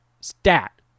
stat